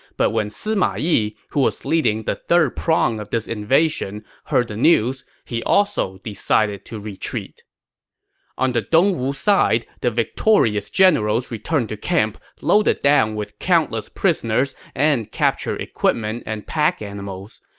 but when sima yi, who was leading the third prong of this invasion, heard the news, he also decided to retreat on the dongwu side, the victorious generals returned to camp loaded down with countless prisoners and captured equipment and pack animals.